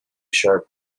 sharp